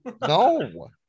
No